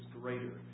greater